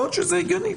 יכול להיות שזה הגיוני,